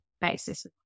basis